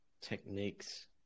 techniques